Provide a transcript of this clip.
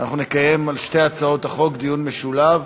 אנחנו נקיים על שתי הצעות החוק דיון משולב